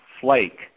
Flake